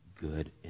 good